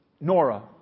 Nora